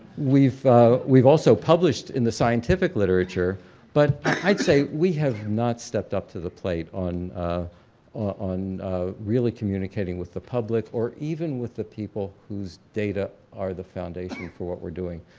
we've we've also published in the scientific literature but i'd say we have not stepped up to the plate on on really communicating with the public or even with the people whose data are the foundation for what we're doing.